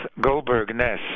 Goldberg-Ness